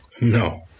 No